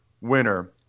winner